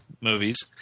movies